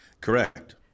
Correct